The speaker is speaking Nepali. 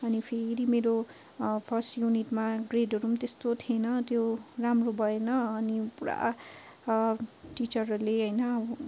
अनि फेरि मेरो फर्स्ट युनिटमा ग्रेडहरू म त्यस्तो थिएन त्यो राम्रो भएन अनि पुरा टिचरहरूले होइन